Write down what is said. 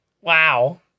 Wow